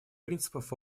принципов